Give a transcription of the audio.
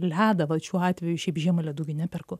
ledą vat šiuo atveju šiaip žiemą ledų gi neperku